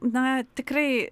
na tikrai